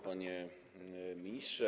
Panie Ministrze!